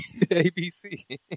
ABC